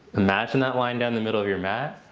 imagine that line down the middle of your mat.